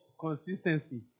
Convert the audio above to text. Consistency